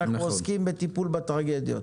אנחנו עוסקים בטיפול בטרגדיות.